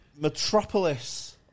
metropolis